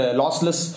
lossless